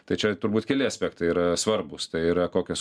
tai čia turbūt keli aspektai yra svarbūs tai yra kokios